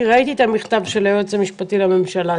ראיתי את המכתב של היועץ המשפטי לממשלה.